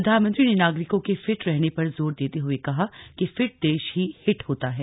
प्रधानमंत्री ने नागरिकों के फिट रहने पर जोर देते हुए कहा कि फिट देश ही हिट होता है